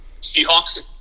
Seahawks